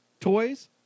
toys